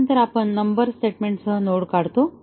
त्यानंतर आपण नम्बरड स्टेटमेंटसह नोड काढतो